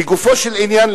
לגופו של עניין,